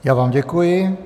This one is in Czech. Já vám děkuji.